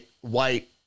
white